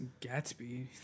Gatsby